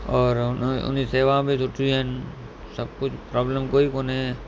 और उन उनजी सेवा बि सुठियूं आहिनि सभु कुझु प्रोब्लम कोई कोन्हे